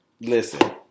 listen